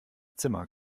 zimmer